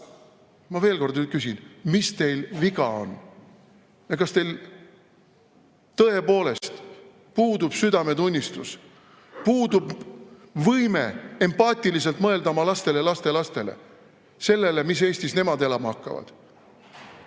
Ma veel kord küsin: mis teil viga on? Kas teil tõepoolest puudub südametunnistus? Kas teil puudub võime empaatiliselt mõelda oma lastele ja lastelastele, mis Eestis nemad elama hakkavad?